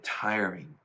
tiring